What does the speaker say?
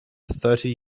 thirty